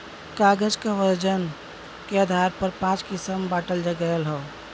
कागज क वजन के आधार पर पाँच किसम बांटल गयल हौ